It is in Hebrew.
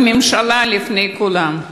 והממשלה לפני כולם.